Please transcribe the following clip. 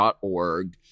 org